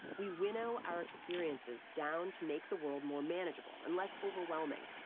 we winnow our experiences down to make the world more manageable and less overwhelming.